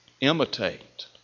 imitate